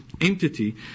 entity